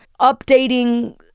updating